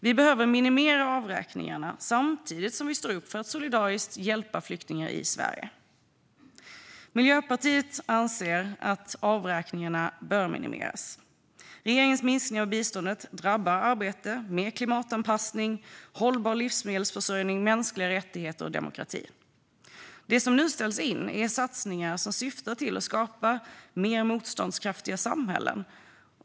Vi behöver minimera avräkningarna samtidigt som vi står upp för att solidariskt hjälpa flyktingar i Sverige. Miljöpartiet anser att avräkningarna bör minimeras. Regeringens minskning av biståndet drabbar arbetet med klimatanpassning, hållbar livsmedelsförsörjning, mänskliga rättigheter och demokrati. Det som nu ställs in är satsningar som syftar till att skapa mer motståndskraftiga samhällen.